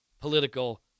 political